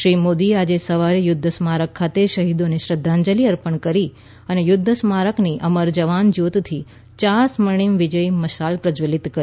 શ્રી મોદીએ આજે સવારે યુદ્ધ સ્મારક ખાતે શહીદોને શ્રદ્ધાંજલિ અર્પણ કરી અને યુદ્ધ સ્મારકની અમર જવાન જ્યોતિથી ચાર સ્વર્ણિમ વિજય મશાળ પ્રશ્વલિત કરી